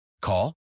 Call